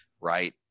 Right